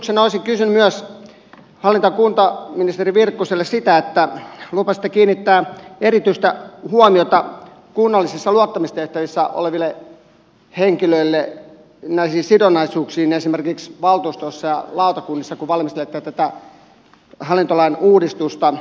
olisin kysynyt myös hallinto ja kuntaministeri virkkuselta kun lupasitte kiinnittää erityistä huomiota kunnallisissa luottamustehtävissä olevien henkilöiden sidonnaisuuksiin esimerkiksi valtuustoissa ja lautakunnissa kun valmistelette tätä hallintolain uudistusta